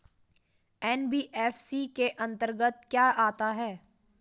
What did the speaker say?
NBFC के अंतर्गत क्या आता है?